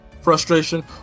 frustration